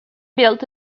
built